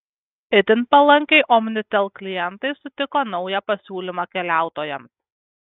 itin palankiai omnitel klientai sutiko naują pasiūlymą keliautojams